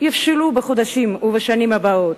יבשילו בחודשים הבאים ובשנים הבאות.